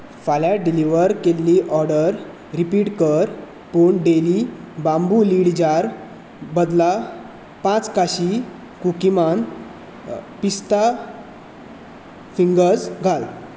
फाल्यां डिलिव्हर केल्ली order repeat कर पूण डेली बांबू लीड जाराचे बदला पांच काशी कुकी मॅन पिस्ता फिंगर्स घाल